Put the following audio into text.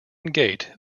gate